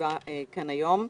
הישיבה היום.